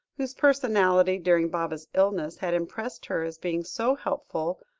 whose personality during baba's illness, had impressed her as being so helpful,